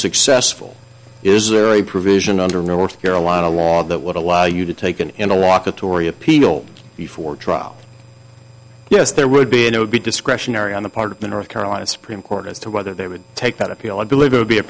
unsuccessful is there a provision under north carolina law that would allow you to take an interlock atory appeal the for trial yes there would be and it would be discretionary on the part of the north carolina supreme court as to whether they would take that appeal i believe it would be a